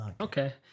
Okay